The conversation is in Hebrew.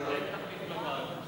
אין תחליף לוועדה.